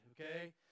okay